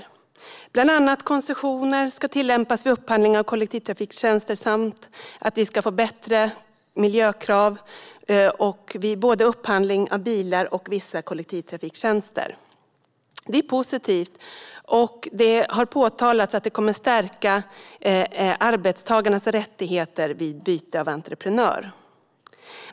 Det handlar bland annat om att koncessioner ska tillämpas vid upphandling av kollektivtrafiktjänster samt att vi ska få bättre miljökrav vid upphandling av bilar och vissa kollektivtrafiktjänster. Det är positivt. Det har sagts att det kommer att stärka arbetstagarnas rättigheter vid byte av entreprenör.